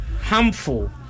Harmful